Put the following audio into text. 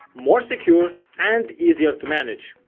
more secure and easier to manage.